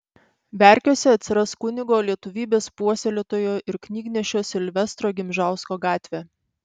verkiuose atsiras kunigo lietuvybės puoselėtojo ir knygnešio silvestro gimžausko gatvė